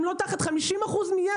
אם 50% מיס